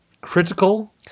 critical